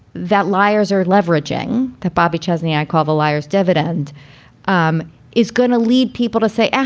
that liars are leveraging that bobby chesney, i call the liars dividend um is gonna lead people to say,